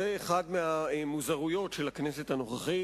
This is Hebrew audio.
זו אחת מהמוזרויות של הכנסת הנוכחית,